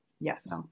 Yes